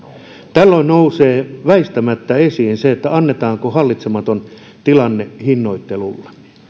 tällöin nousee väistämättä esiin se annetaanko hallitsematon tilanne hinnoittelulle